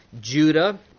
Judah